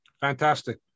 Fantastic